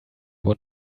want